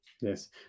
Yes